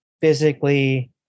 physically